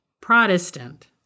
Protestant